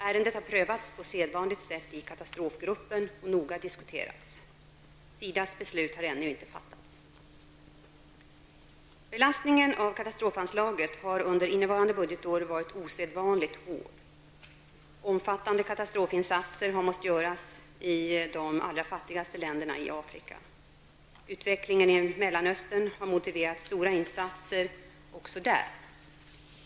Ärendet har prövats på sedvanligt sätt i katastrofgruppen och noga diskuterats. SIDAs beslut har ännu inte fattats. Belastningen av katastrofanslaget har under innevarande budgetår varit osedvanligt hård. Omfattande katastrofinsatser har måst göras i de allra fattigaste länderna i Afrika. Utvecklingen i Mellanöstern har motiverat stora insatser också där.